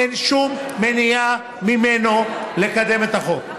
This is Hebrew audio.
אין שום מניעה ממנו לקדם את החוק.